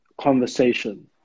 conversation